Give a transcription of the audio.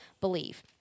believe